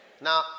Now